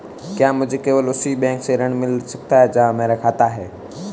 क्या मुझे केवल उसी बैंक से ऋण मिल सकता है जहां मेरा खाता है?